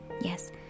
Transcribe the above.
Yes